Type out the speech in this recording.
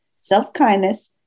self-kindness